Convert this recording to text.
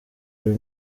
uyu